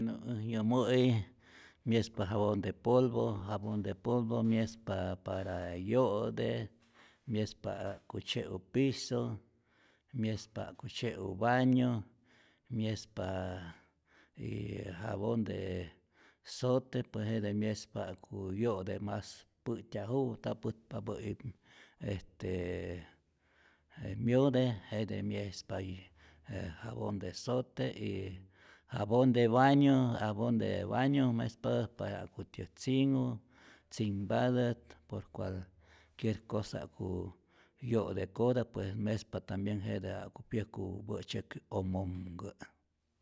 Bueno äj yomo'i myespa jabon de polvo, jabon de polvo myespa para yo'te, myespa ja'ku tzye'u piso, myespa ja'ku tzye'u baño myespa, y jabon de zote pues jete myespa ja'ku yo'te mas pä'tyajupä nta putpapä'i est je myote jete myespa je je jabon de zote, y jabon de baño jabon de baño mespatät para ja'kutyät tzinhu, tzinhpatät por cualquier cosa, ja'ku yo'te'kota pues mespa tambien jete ja'ku pyäjku mä'tzyäki omomkä.